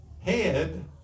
head